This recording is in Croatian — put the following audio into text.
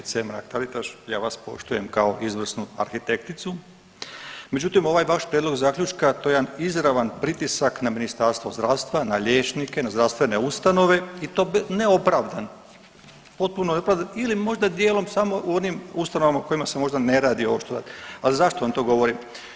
Poštovana kolegice Mrak-Taritaš, ja vas poštujem kao izvrsnu arhitekticu, međutim ovaj vaš prijedlog zaključka to je jedan izravan pritisak na Ministarstvo zdravstva, na liječnike, na zdravstvene ustanove i to ne opravdano, potpuno ne opravdano ili možda dijelom samo u onim ustanovama u kojima se možda ne radi ovo što radite, al zašto vam to govorim?